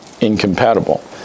incompatible